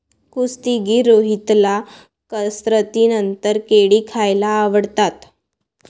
कुस्तीगीर रोहितला कसरतीनंतर केळी खायला आवडतात